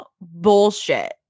bullshit